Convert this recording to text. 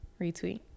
Retweet